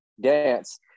dance